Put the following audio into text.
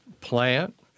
plant